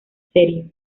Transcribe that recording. serie